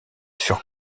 furent